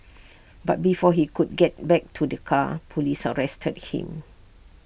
but before he could get back to the car Police arrested him